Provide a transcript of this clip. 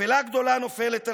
אפילה גדולה נופלת עלינו,